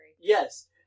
Yes